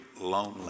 lonely